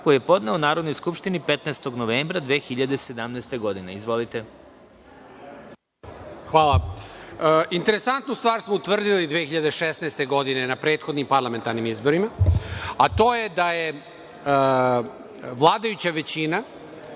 koji je podneo Narodnoj skupštini 15. novembra 2017. godine. Izvolite. **Saša Radulović** Hvala. Interesantnu stvar smo utvrdili 2016. godine, na prethodnim parlamentarnim izborima, a to je da je vladajuća većina